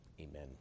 Amen